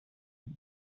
und